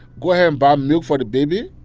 go ahead and buy milk for the baby.